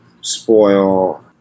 Spoil